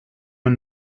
and